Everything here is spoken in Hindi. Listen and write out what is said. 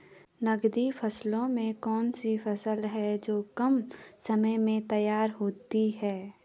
नकदी फसलों में कौन सी फसलें है जो कम समय में तैयार होती हैं?